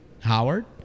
Howard